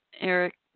eric